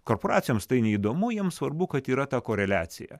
korporacijoms tai neįdomu jom svarbu kad yra ta koreliacija